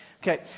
Okay